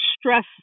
stress